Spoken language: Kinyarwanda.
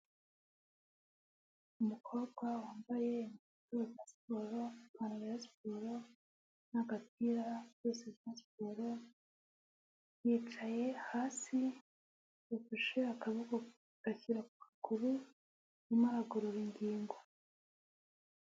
Umukobwa wambaye inkweto za siporo, ipantaro ya siporo n'agapira byose bya siporo, yicaye hasi yafashe akaboko agashyira ku kuguru arimo aragorora ingingo.